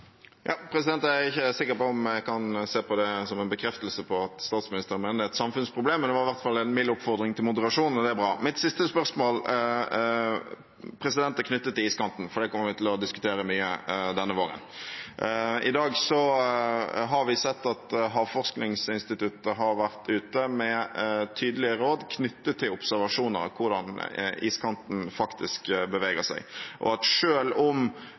Jeg er ikke sikker på om jeg kan se på det som en bekreftelse på at statsministeren mener det er et samfunnsproblem, men det var i hvert fall en mild oppfordring til moderasjon, og det er bra. Mitt siste spørsmål er knyttet til iskanten, for det kommer vi til å diskutere mye denne våren. I dag har vi sett at Havforskningsinstituttet har vært ute med tydelige råd knyttet til observasjoner av hvordan iskanten faktisk beveger seg. Selv om vi har global oppvarming, fører også temperaturøkningen til at